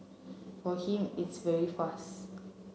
for him it's very fast